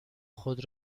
خود